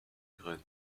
graines